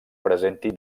presenti